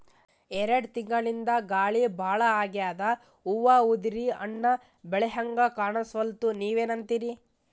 ಎರೆಡ್ ತಿಂಗಳಿಂದ ಗಾಳಿ ಭಾಳ ಆಗ್ಯಾದ, ಹೂವ ಉದ್ರಿ ಹಣ್ಣ ಬೆಳಿಹಂಗ ಕಾಣಸ್ವಲ್ತು, ನೀವೆನಂತಿರಿ?